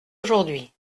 aujourd’hui